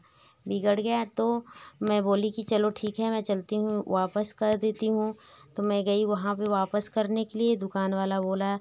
बिगड़ गया तो मैं बोली कि चलो ठीक है मैं चलती हूँ वापस कर देती हूँ तो मैं गई वहाँ पर वापस करने के लिए दुकान वाला बोला